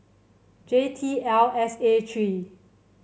J T L S A three